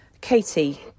Katie